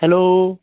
hello